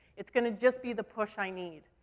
it's gonna just be the push i need.